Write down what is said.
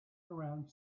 around